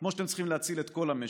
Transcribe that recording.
כמו שאתם צריכים להציל את כל המשק.